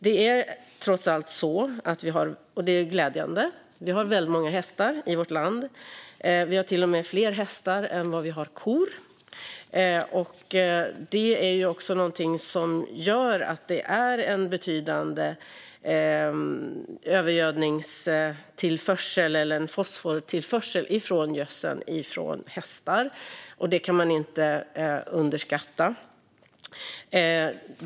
Det är trots allt så att vi har väldigt många hästar i vårt land, vilket är glädjande. Vi har till och med fler hästar än vad vi har kor. Det innebär också att det blir en betydande fosfortillförsel från hästgödseln. Det ska man inte underskatta.